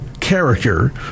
character